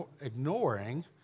ignoring